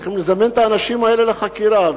צריך לזמן את האנשים האלה לחקירה.